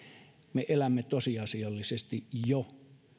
me elämme tosiasiallisesti jo